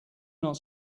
not